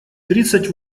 тридцать